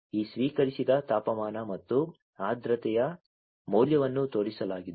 ಈ ಸ್ವೀಕರಿಸಿದ ತಾಪಮಾನ ಮತ್ತು ಆರ್ದ್ರತೆಯ ಮೌಲ್ಯವನ್ನು ತೋರಿಸಲಾಗಿದೆ